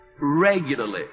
regularly